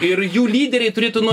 ir jų lyderiai turėtų nuo